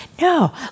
No